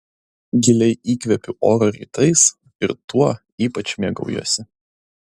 giliai įkvepiu oro rytais ir tuo ypač mėgaujuosi